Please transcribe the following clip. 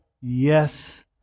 yes